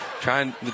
trying